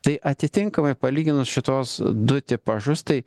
tai atitinkamai palyginus šituos du tipažus tai